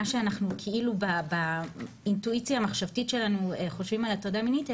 שאנחנו כאילו באינטואיציה המחשבתית שלנו חושבים על הטרדה מינית,